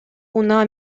унаа